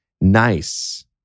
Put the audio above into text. nice